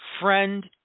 friend